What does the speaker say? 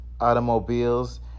automobiles